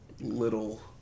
little